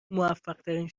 موفقترین